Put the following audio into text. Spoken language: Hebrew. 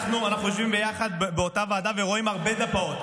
אנחנו יושבים ביחד באותה ועדה ורואים הרבה דפ"עות,